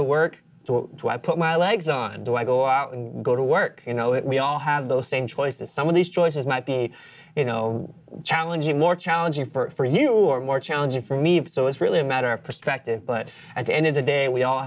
to work so when i put my legs on do i go out and go to work you know it we all have those same choices some of these choices might be a you know challenging more challenging for you or more challenging for me so it's really a matter of perspective but at the end of the day we all